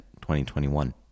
2021